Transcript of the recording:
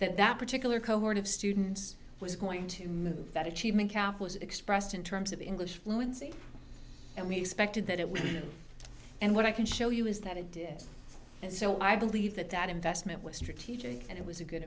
that that particular cohort of students was going to move that achievement gap was expressed in terms of the english fluency and we expected that it was and what i can show you is that it did and so i believe that that investment was strategic and it was a good